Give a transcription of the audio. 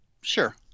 Sure